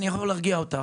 אני יכול להרגיע אותך.